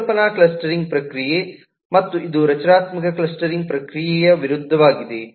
ಪರಿಕಲ್ಪನಾ ಕ್ಲಸ್ಟರಿಂಗ್ ಪ್ರಕ್ರಿಯೆ ಮತ್ತು ಇದು ರಚನಾತ್ಮಕ ಕ್ಲಸ್ಟರಿಂಗ್ ಪ್ರಕ್ರಿಯೆಗೆ ವಿರುದ್ಧವಾಗಿದೆ